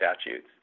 Statutes